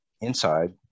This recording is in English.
inside